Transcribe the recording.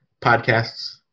Podcasts